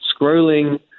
scrolling